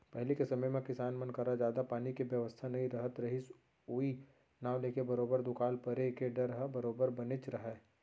पहिली के समे म किसान मन करा जादा पानी के बेवस्था नइ रहत रहिस ओई नांव लेके बरोबर दुकाल परे के डर ह बरोबर बनेच रहय